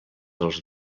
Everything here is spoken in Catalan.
dels